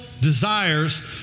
desires